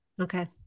Okay